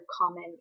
common